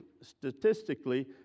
statistically